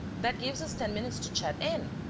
that gives us ten minutes to chat in.